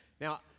Now